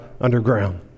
underground